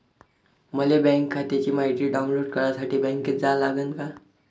मले बँक खात्याची मायती डाऊनलोड करासाठी बँकेत जा लागन का?